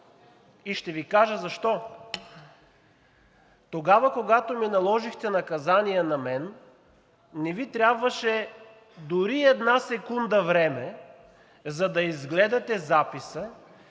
И ще Ви кажа защо. Тогава, когато ми наложихте наказание на мен, не Ви трябваше дори една секунда време, за да изгледате записа,